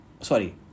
Sorry